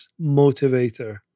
motivator